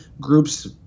groups